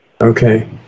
Okay